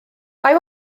mae